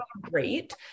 great